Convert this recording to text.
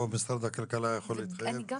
לא משרד הכלכלה יכול להתחייב,